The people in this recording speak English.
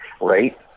Right